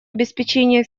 обеспечения